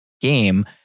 game